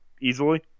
easily